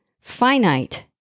finite